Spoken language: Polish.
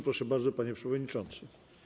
Proszę bardzo, panie przewodniczący.